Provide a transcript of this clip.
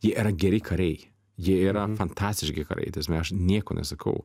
jie yra geri kariai jie yra fantastiški kariai ta prasme aš nieko nesakau